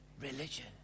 Religion